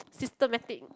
systematic